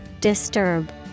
Disturb